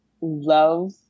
love